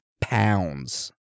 pounds